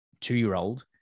two-year-old